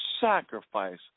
sacrifice